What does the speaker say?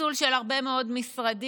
פיצול של הרבה מאוד משרדים,